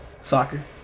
Soccer